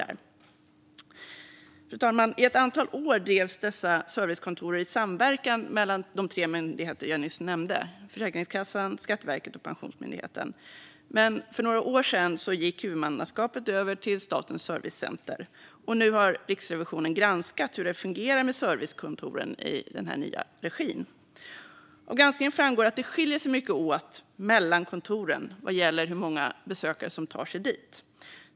Fru talman! I ett antal år drevs dessa servicekontor i samverkan mellan de tre myndigheter jag nyss nämnde: Försäkringskassan, Skatteverket och Pensionsmyndigheten. Men för några år sedan gick huvudmannaskapet över till Statens servicecenter. Nu har Riksrevisionen granskat hur det fungerar med servicekontoren i denna nya regi. Av granskningen framgår att det skiljer sig mycket åt mellan kontoren vad gäller hur många besökare som tar sig dit.